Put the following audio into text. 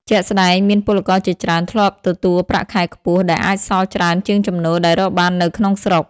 ជាក់ស្ដែងមានពលករជាច្រើនធ្លាប់ទទួលប្រាក់ខែខ្ពស់ ដែលអាចសល់ច្រើនជាងចំណូលដែលរកបាននៅក្នុងស្រុក។